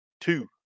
two